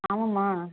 ஆமாம்மா